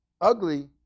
ugly